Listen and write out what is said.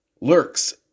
lurks